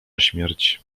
śmierć